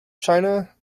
china